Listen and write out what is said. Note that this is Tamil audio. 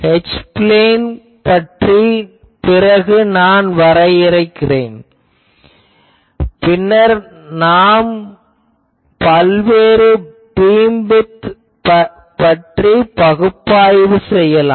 H பிளேன் பற்றி பிறகு நான் வரைகிறேன் பின்னர் நாம் பல்வேறு பீம்விட்த் பற்றி பகுப்பாய்வு செய்யலாம்